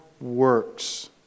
works